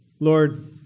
Lord